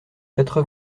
quatre